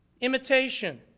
Imitation